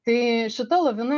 tai šita lavina